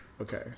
Okay